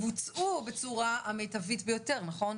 שיבוצעו בצורה המיטבית ביותר, נכון?